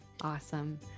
awesome